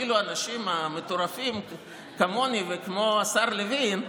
אפילו אנשים מטורפים כמוני וכמו השר לוין,